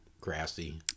grassy